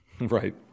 Right